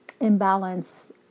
imbalance